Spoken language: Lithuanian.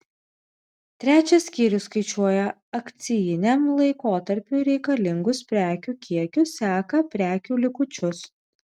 trečias skyrius skaičiuoja akcijiniam laikotarpiui reikalingus prekių kiekius seka prekių likučius